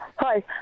Hi